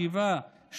שבעה,